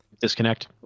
Disconnect